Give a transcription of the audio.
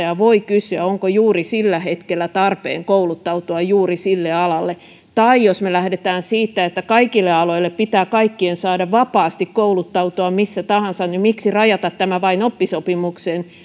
ja voi kysyä onko juuri sillä hetkellä tarpeen kouluttautua juuri sille alalle tai jos me lähdemme siitä että kaikille aloille pitää kaikkien saada vapaasti kouluttautua missä tahansa niin miksi rajata tämä vain oppisopimukseen